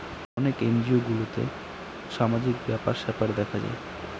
অনেক এনজিও গুলোতে সামাজিক ব্যাপার স্যাপার দেখা হয়